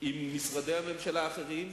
עם משרדי הממשלה האחרים,